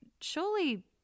surely